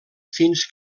fins